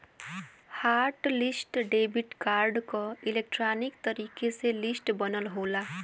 hot list debit card क electronic तरीके से लिस्ट बनल होला